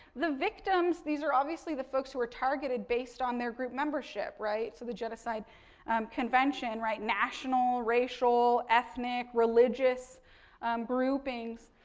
the victims, these are obviously the folks who are targeted based on their group membership, right. so, the genocide convention, right, national, racial, ethnic, religious groupings,